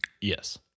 Yes